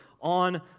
on